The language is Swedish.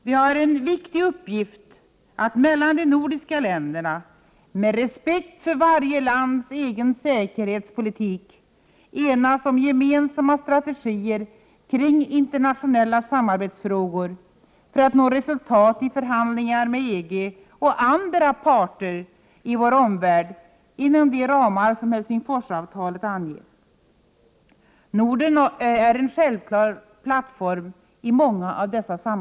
Vi har en viktig uppgift att mellan de nordiska länderna, med respekt för varje lands egen säkerhetspolitik, enas om gemensamma strategier kring internationella samarbetsfrågor för att nå resultat i förhandlingar med EG och andra parter i vår omvärld inom de ramar som Helsingforsavtalet anger. Norden är en självklar plattform för detta.